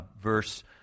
verse